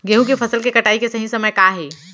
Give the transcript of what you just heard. गेहूँ के फसल के कटाई के सही समय का हे?